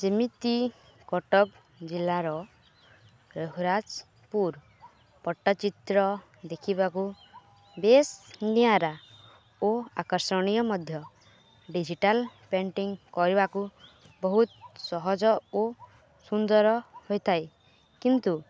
ଯେମିତି କଟକ ଜିଲ୍ଲାର ରହୁରାଜପୁର ପଟ୍ଟଚିତ୍ର ଦେଖିବାକୁ ବେଶ୍ ନିଆରା ଓ ଆକର୍ଷଣୀୟ ମଧ୍ୟ ଡ଼ିଜିଟାଲ୍ ପେଣ୍ଟିଂ କରିବାକୁ ବହୁତ ସହଜ ଓ ସୁନ୍ଦର ହୋଇଥାଏ କିନ୍ତୁ